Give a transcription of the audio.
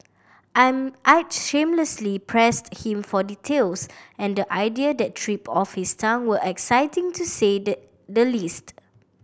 I'm I shamelessly pressed him for details and the ideas that tripped off his tongue were exciting to say the the least